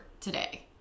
today